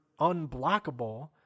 unblockable